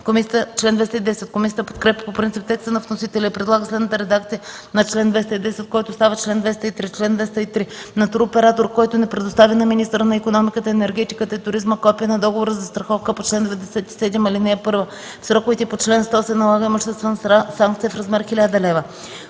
Комисията подкрепя по принцип текста на вносителя и предлага следната редакция на чл. 210, който става чл. 203: „Чл. 203. На туроператор, който не представи на министъра на икономиката, енергетиката и туризма копие на договора за застраховка по чл. 97, ал. 1 в сроковете по чл. 100, се налага имуществена санкция в размер 1000 лв.”